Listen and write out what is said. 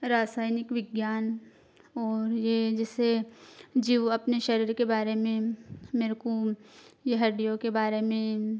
रासायनिक विज्ञान और ये जैसे जीव अपने शरीर के बारे में मेरे को ये हड्डियों के बारे में